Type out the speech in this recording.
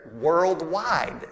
worldwide